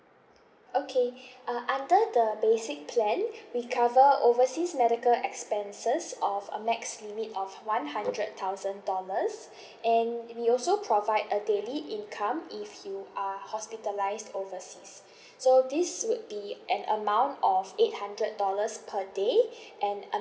okay uh under the the basic plan we cover overseas medical expenses of a max limit of one hundred thousand dollars and we also provide a daily income if you are hospitalised overseas so this would be an amount of eight hundred dollars per day and a